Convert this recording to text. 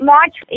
March